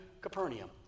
Capernaum